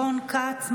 רון כץ,